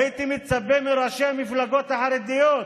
הייתי מצפה מראשי המפלגות החרדיות,